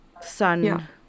sun